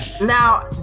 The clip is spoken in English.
now